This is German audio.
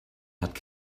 hat